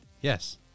Yes